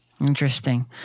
Interesting